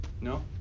No